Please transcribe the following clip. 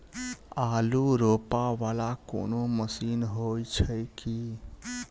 आलु रोपा वला कोनो मशीन हो छैय की?